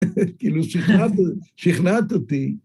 כאילו, שכנעת אותי.